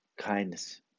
kindness